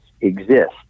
exist